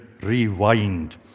Rewind